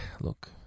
look